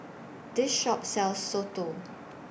This Shop sells Soto